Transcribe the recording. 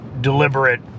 deliberate